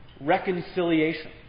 Reconciliation